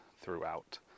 throughout